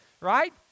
Right